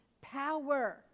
power